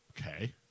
Okay